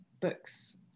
books